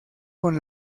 con